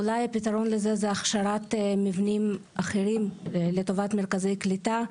אולי הפתרון הזה הוא הכשרת מבנים אחרים לטובת מרכזי קליטה,